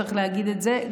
צריך להגיד את זה,